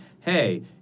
hey